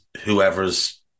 whoever's